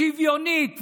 שוויונית,